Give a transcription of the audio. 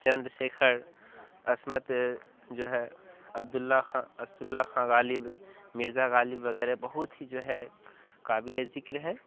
چندر شیکھر عصمت جو ہے Abdullah Khan Asadullah Khan Ghalib Mirza Ghalib وغیرہ بہت ہی جو ہے قابل ذکر ہے